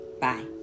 Bye